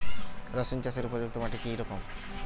রুসুন চাষের উপযুক্ত মাটি কি রকম?